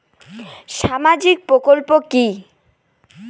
সামাজিক প্রকল্প কি?